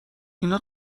اینا